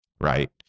right